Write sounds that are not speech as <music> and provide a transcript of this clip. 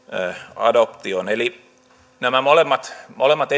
adoptioon eli nämä molemmat molemmat <unintelligible>